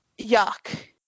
yuck